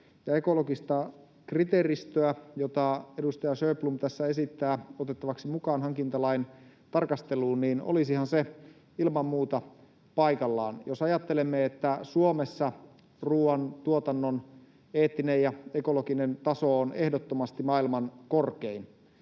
ekologista kriteeristöä, jota edustaja Sjöblom tässä esittää otettavaksi mukaan hankintalain tarkasteluun, niin olisihan se ilman muuta paikallaan. Jos ajattelemme, että Suomessa ruuantuotannon eettinen ja ekologinen taso on ehdottomasti maailman korkein